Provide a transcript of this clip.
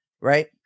right